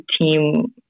team